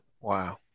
wow